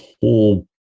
whole